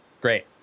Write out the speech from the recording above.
Great